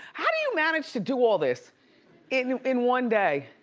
how do you manage to do all this in in one day?